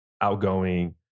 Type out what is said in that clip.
Outgoing